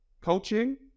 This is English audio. coaching